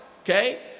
okay